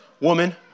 Woman